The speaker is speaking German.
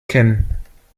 kennen